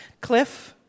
Cliff